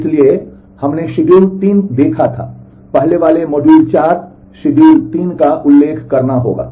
इसलिए हमने शेड्यूल 3 देखा था पहले वाले मॉड्यूल 4 शेड्यूल 3 का उल्लेख करना होगा